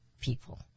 people